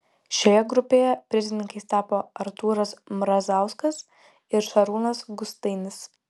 šioje grupėje prizininkais tapo artūras mrazauskas ir šarūnas gustainis